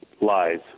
lies